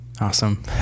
awesome